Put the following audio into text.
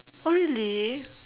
oh really